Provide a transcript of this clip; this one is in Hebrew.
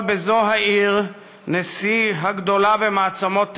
בזו העיר נשיא הגדולה במעצמות תבל,